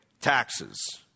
taxes